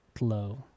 low